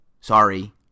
Sorry